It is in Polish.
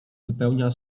wypełniał